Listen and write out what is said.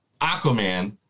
Aquaman